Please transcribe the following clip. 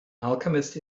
alchemist